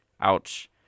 Ouch